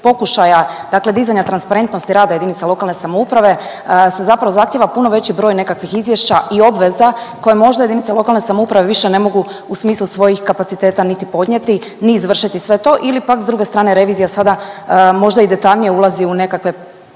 pokušaja, dakle dizanja transparentnosti rada jedinica lokalne samouprave se zapravo zahtijeva puno veći broj nekakvih izvješća i obveza koje možda jedinice lokalne samouprave ne mogu u smislu svojih kapaciteta niti podnijeti, ni izvršiti sve to. Ili pak s druge strane revizija sada možda i detaljnije ulazi u nekakve